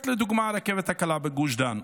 רק לדוגמה, הרכבת הקלה בגוש דן.